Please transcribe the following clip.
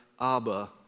Abba